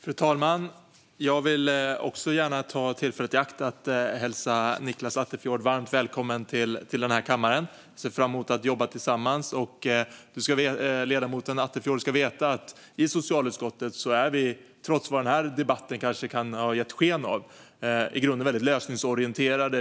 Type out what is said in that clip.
Fru talman! Jag vill också gärna ta tillfället i akt att hälsa Nicklas Attefjord varmt välkommen till denna kammare. Jag ser fram emot att jobba tillsammans. Ledamoten Attefjord ska veta att i socialutskottet är vi, trots vad denna debatt kan ha gett sken av, i grunden väldigt lösningsorienterade.